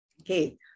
Okay